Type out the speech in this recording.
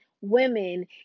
women